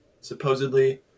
supposedly